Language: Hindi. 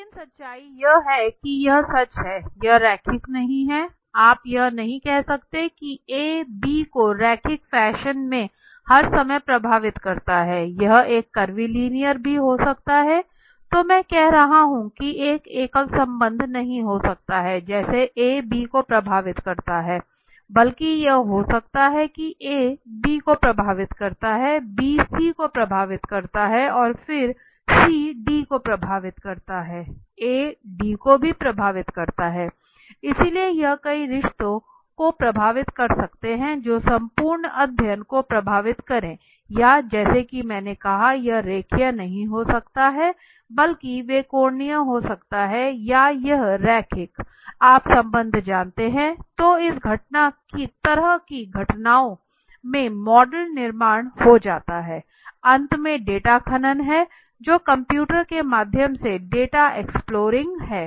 लेकिन सच्चाई यह है कि यह सच है यह रैखिक नहीं है आप यह नहीं कह सकते हैं कि A B को रैखिक फैशन में हर समय प्रभावित करता है यह एक करविलिनेअर भी हो सकता है तो मैं कह रहा हूं कि एक एकल संबंध नहीं हो सकता है जैसे A B को प्रभावित करता है बल्कि यह हो सकता है कि A B को प्रभावित करता है B C को प्रभावित करता है और फिर C D को प्रभावित करता है AD को भी प्रभावित करता है इसलिए यह कई रिश्ते को प्रभावित कर सकते हैं जो संपूर्ण अध्ययन को प्रभावित करे या जैसा कि मैंने कहा यह रेखीय नहीं हो सकता है बल्कि वें कोणीय हो सकता है या यह रैखिकआप संबंध जानते हैं तो इस तरह की घटनाओं में मॉडल निर्माण हो जाता है अंत में डाटा खनन है जो कंप्यूटर के माध्यम से डेटा एक्सप्लोरिंग है